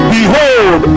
Behold